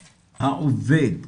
העובד,